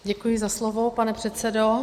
Děkuji za slovo, pane předsedo.